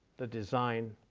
the design,